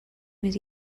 més